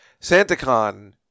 SantaCon